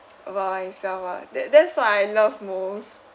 about myself lah that that's what I love most